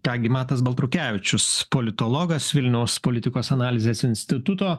ką gi matas baltrukevičius politologas vilniaus politikos analizės instituto